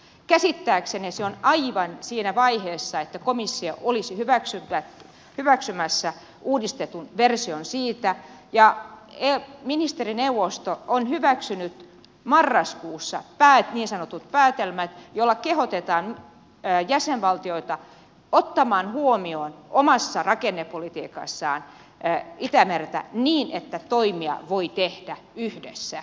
käsittääkseni se on aivan siinä vaiheessa että komissio olisi hyväksymässä uudistetun version siitä ja ministerineuvosto on hyväksynyt marraskuussa niin sanotun päätelmän jolla kehotetaan jäsenvaltioita ottamaan huomioon omassa rakennepolitiikassaan itämerta niin että toimia voi tehdä yhdessä